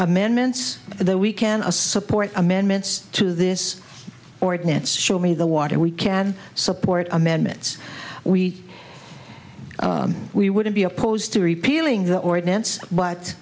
amendments that we can a support amendments to this ordinance show me the water we can support amendments we we wouldn't be opposed to repealing the ordinance but